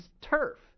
turf